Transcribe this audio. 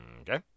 Okay